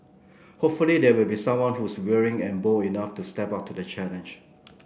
hopefully there will be someone who's willing and bold enough to step up to the challenge